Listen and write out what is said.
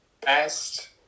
best